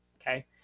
Okay